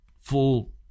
full